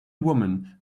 woman